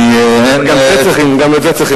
גם את זה צריכים